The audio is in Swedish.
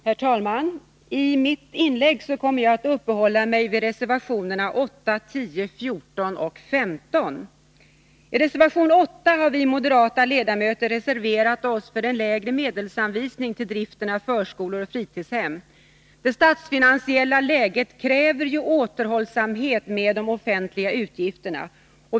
Herr talman! I mitt inlägg kommer jag att uppehålla mig vid reservationerna 8, 10, 14 och 15. I reservation 8 har vi moderata ledamöter reserverat oss för en lägre medelsanvisning till driften av förskolor och fritidshem. Det statsfinansiella läget kräver ju återhållsamhet med de offentliga utgifterna.